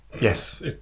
yes